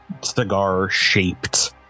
cigar-shaped